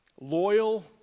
loyal